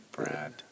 Brad